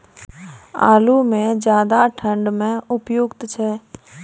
आलू म ज्यादा ठंड म उपयुक्त छै?